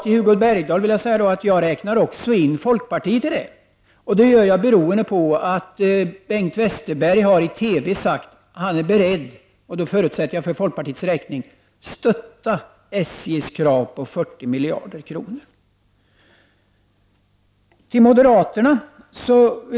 Till Hugo Bergdahl vill jag säga att jag också räknar in folkpartiet bland de partier som står bakom detta. Att jag gör det beror på att Bengt Westerberg i TV har sagt att han är beredd — och då förutsätter jag att han talar för folkpartiets räkning — att stötta SJs krav på 40 miljarder kronor.